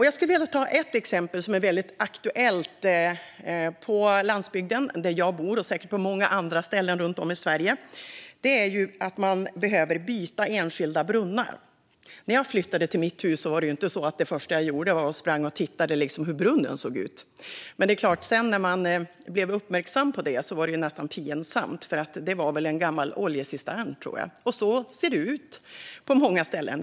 Jag skulle vilja ta ett exempel som är väldigt aktuellt på landsbygden där jag bor, och säkert på många andra ställen runt om i Sverige, nämligen att man behöver byta enskilda brunnar. När jag flyttade till mitt hus var inte det första jag gjorde att springa och titta hur brunnen såg ut. När man sedan blev uppmärksam på det var det nästan pinsamt - det var väl en gammal oljecistern, tror jag. Så ser det ut på många ställen.